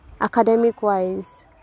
academic-wise